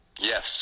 Yes